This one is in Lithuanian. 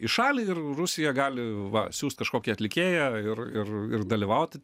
į šalį ir rusija gali va siųst kažkokį atlikėją ir ir ir dalyvauti